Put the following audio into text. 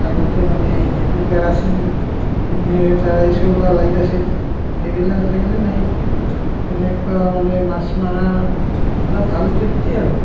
আগতে মানে এই যিটো কেৰাচিন দ্বাৰাই চলোৱা লাইট আছিল সেইবিলাক আজিকালি নাই এনেকুৱা মানে মাছ মাৰা অলপ ভাল তৃপ্তি আৰু